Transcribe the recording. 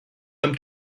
them